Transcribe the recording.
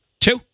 two